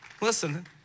Listen